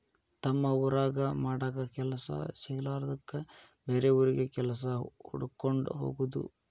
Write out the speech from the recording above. ತಮ್ಮ ಊರಾಗ ಮಾಡಾಕ ಕೆಲಸಾ ಸಿಗಲಾರದ್ದಕ್ಕ ಬ್ಯಾರೆ ಊರಿಗೆ ಕೆಲಸಾ ಹುಡಕ್ಕೊಂಡ ಹೊಗುದು